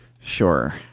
Sure